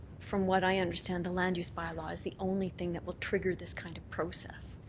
from what i understand the land use bylaw is the only thing that will trigger this kind of process.